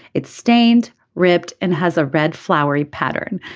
it's stained ripped and has a red flowery pattern.